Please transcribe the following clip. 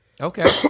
Okay